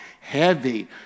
heavy